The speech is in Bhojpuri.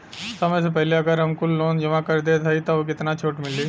समय से पहिले अगर हम कुल लोन जमा कर देत हई तब कितना छूट मिली?